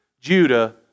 Judah